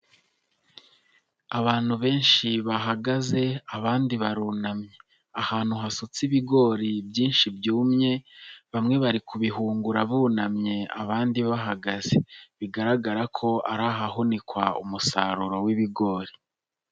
Abantu benshi bahagaze, abandi barunamye ahantu hasutse ibigori byinshi byumye, bamwe bari kubihungura bunamye, abandi bahagaze, bigaragara ko ari ahahunikwa umusaruro wibigori.